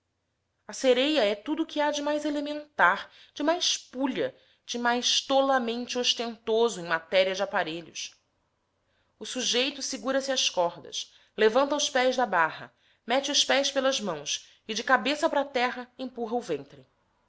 a sereia é tudo que há de mais elementar de mais pulha de mais tolamente ostentoso em matéria de aparelhos o sujeito segura se às cordas levanta os pés da barra mete os pés pelas mãos e de cabeça para a terra empurra o ventre